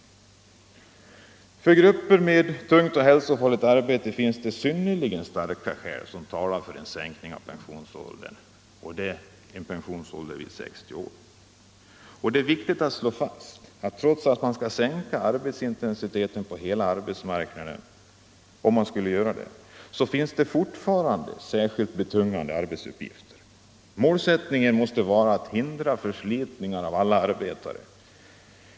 51 För grupper med tungt och hälsofarligt arbete talar synnerligen starka skäl för en sänkning av pensionsåldern till 60 år. Det är viktigt att slå fast att även om man skulle minska arbetsintensiteten på hela arbetsmarknaden skulle det ändå finnas särskilt betungande arbetsuppgifter. Målsättningen måste vara att hindra förslitning av alla arbetare.